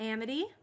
Amity